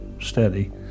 steady